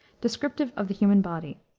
descriptive of the human body.